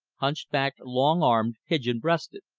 hunch-backed, long-armed, pigeon-breasted.